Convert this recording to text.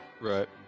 Right